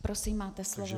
Prosím, máte slovo.